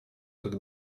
tak